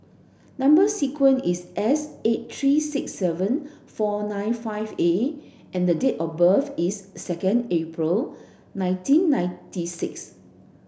number sequence is S eight three six seven four nine five A and the date of birth is second April nineteen ninety six